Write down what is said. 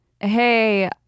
hey